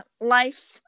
life